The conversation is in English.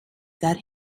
that